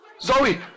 Zoe